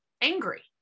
angry